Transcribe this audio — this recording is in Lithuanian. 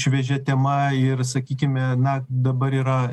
šviežia tema ir sakykime na dabar yra